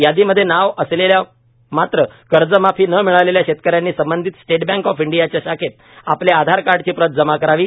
यादीमध्ये नाव असलेल्या मात्र कर्जमाफी न मिळालेल्या शेतकऱ्यांनी संबंधीत स्टेट बँक ऑफ इंडियाच्या शाखेत आपले आधार कार्डची प्रत जमा करावी